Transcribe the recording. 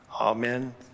Amen